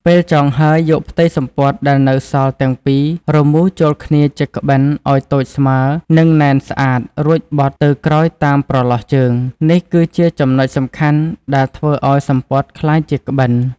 ពេលចងហើយយកផ្ទៃសំពត់ដែលនៅសល់ទាំងពីរមូរចូលគ្នាជាក្បិនឲ្យតូចស្មើរនិងណែនស្អាតរួចបត់ទៅក្រោយតាមប្រឡោះជើង នេះគឺជាចំណុចសំខាន់ដែលធ្វើអោយសំពត់ក្លាយជាក្បិន។